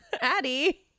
Addie